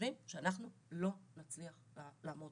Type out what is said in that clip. שחושבים שאנחנו לא נצליח לעמוד